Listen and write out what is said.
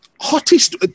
hottest